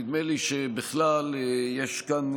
נדמה לי שבכלל יש כאן